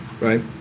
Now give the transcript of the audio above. right